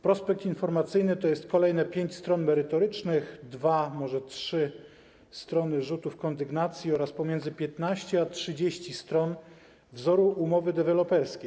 Prospekt informacyjny to jest kolejne pięć stron merytorycznych, dwie, może trzy strony rzutów kondygnacji oraz pomiędzy 15 a 30 stron wzoru umowy deweloperskiej.